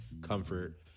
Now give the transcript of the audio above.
Comfort